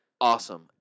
awesome